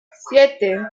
siete